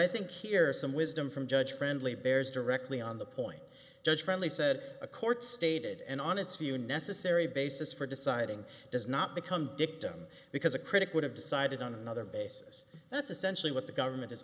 i think here is some wisdom from judge friendly bears directly on the point judge friendly said a court stated and on its view a necessary basis for deciding does not become victim because a critic would have decided on another basis that's essentially what the government is